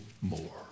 more